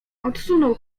odsunął